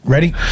Ready